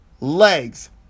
legs